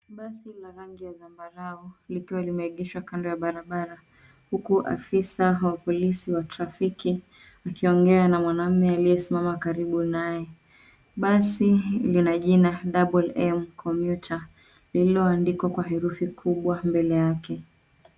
Basi la rangi ya zambarau likiwa limeegeshwa kando ya barabara, huku afisa wa polisi wa trafiki akiongea na mwanaume aliyesimama karibu nae. Basi lina jina DOUBLEM COMMUTER, lililoandikwa kwa herufi kubwa mbele yake.